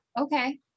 okay